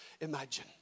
Imagine